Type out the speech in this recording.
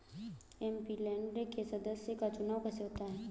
MP land के सदस्यों का चुनाव कैसे होता है?